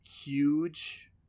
huge